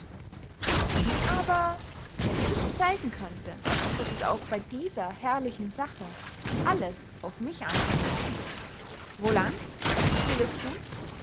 wie aber wenn ich zeigen könnte daß es auch bey dieser herrlichen sache alles auf mich ankomme wolan ich will es thun